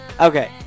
Okay